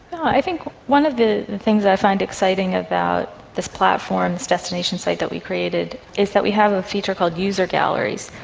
i think one of the things i find exciting about this platform, this destination site that we created, is that we have a feature called user galleries.